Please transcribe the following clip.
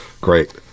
Great